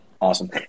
awesome